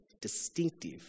distinctive